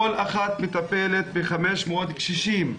כל אחת מטפלת ב-500 קשישים.